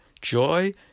Joy